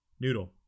noodle